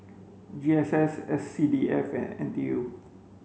G S S S C D F and N T U